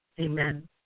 amen